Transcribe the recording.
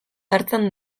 hartzen